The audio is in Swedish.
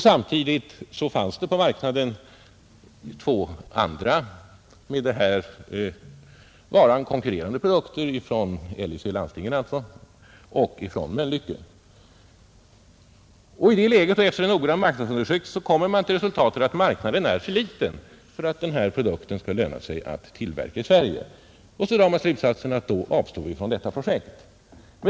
Samtidigt fanns det på marknaden två andra, med den här varan konkurrerande produkter från LIC, alltså landstingen, och från Mölnlycke. I det läget och efter en noggrann marknadsundersökning kommer man till resultatet att marknaden är för liten för att det skall löna sig att tillverka den här produkten i Sverige. Man drar då slutsatsen att man bör avstå från detta projekt.